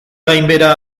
gainbehera